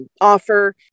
offer